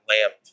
lamp